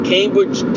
Cambridge